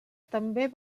també